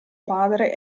padre